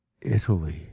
italy